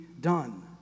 done